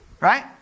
Right